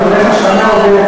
שהצבתי בפניך, שנה.